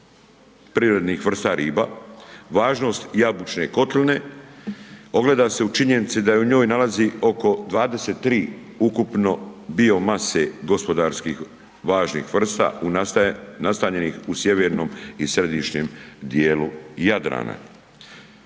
prirodnih vrsta riba. Važnost jabučne kotline ogleda se u činjenici da se u njoj nalazi oko 23 ukupno biomase gospodarskih važnih vrsta nastanjenih u sjevernom i središnjem dijelu Jadrana.